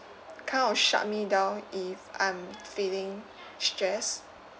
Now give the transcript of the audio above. kind of shut me down if I am feeling stress